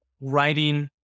writing